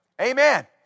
Amen